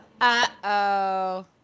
Uh-oh